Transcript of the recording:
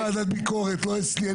אבל זה בוועדת ביקורת, לא אצלי.